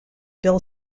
bill